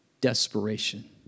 desperation